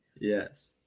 Yes